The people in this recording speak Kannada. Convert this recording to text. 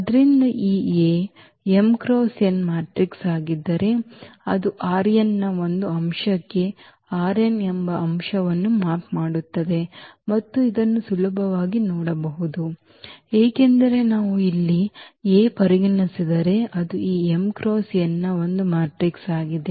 ಆದ್ದರಿಂದ ಈ A m × n ಮ್ಯಾಟ್ರಿಕ್ಸ್ ಆಗಿದ್ದರೆ ಅದು ನ ಒಂದು ಅಂಶಕ್ಕೆ ಎಂಬ ಅಂಶವನ್ನು ಮ್ಯಾಪ್ ಮಾಡುತ್ತದೆ ಮತ್ತು ಇದನ್ನು ಸುಲಭವಾಗಿ ನೋಡಬಹುದು ಏಕೆಂದರೆ ನಾವು ಇಲ್ಲಿ A ಪರಿಗಣಿಸಿದರೆ ಅದು ಈ m × n ನ ಒಂದು ಮ್ಯಾಟ್ರಿಕ್ಸ್ ಆಗಿದೆ